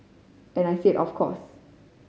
and I said of course